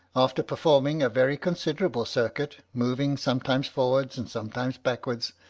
after performing a very considerable circuit, moving sometimes forwards and sometimes backwards,